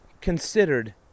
considered